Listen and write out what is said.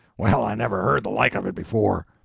well, i never heard the like of it before.